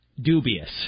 Dubious